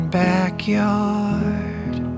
backyard